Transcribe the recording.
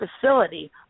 facility